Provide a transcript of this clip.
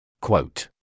Quote